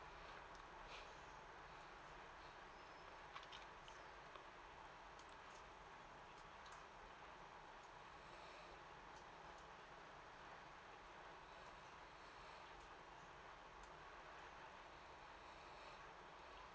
oh